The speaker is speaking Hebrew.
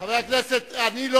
ואני לא